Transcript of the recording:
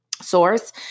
source